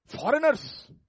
Foreigners